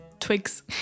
twigs